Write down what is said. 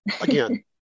again